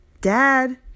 Dad